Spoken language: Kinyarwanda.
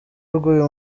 rw’uyu